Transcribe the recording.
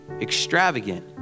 extravagant